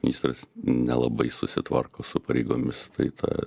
ministras nelabai susitvarko su pareigomis tai ta